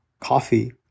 coffee